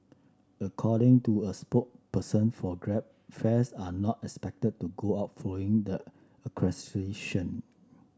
according to a spokesperson for Grab fares are not expected to go up following the acquisition